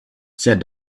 said